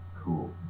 Cool